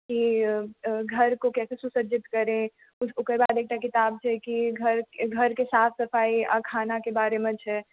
कि घरको कैसे सुसज्जित करे ओकर बाद एकटा किताब छै कि घरके साफ सफाइ आ खानाके बारेमे छै